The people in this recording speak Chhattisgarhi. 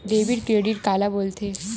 डेबिट क्रेडिट काला बोल थे?